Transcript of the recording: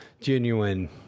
genuine